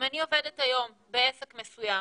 אם אני עובדת היום בעסק מסוים